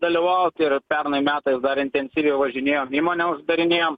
dalyvauti ir pernai metais dar intensyviai važinėjom įmonę neuždarinėjom